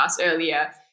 earlier